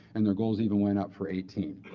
and their goals even went up for eighteen.